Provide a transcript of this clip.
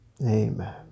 Amen